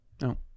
no